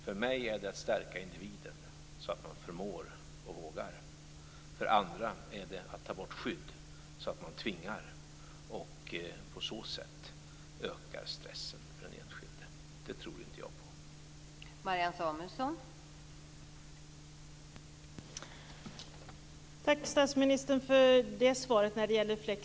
För mig innebär flexibilitet att man stärker individen, så att han eller hon förmår och vågar. För andra innebär det att man tar bort skydd, så att stressen på den enskilde ökar. Det tror inte jag på.